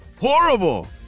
Horrible